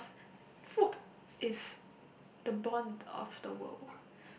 food is the bond of the world